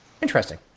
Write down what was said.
Interesting